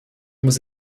muss